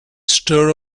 stir